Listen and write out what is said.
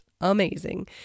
amazing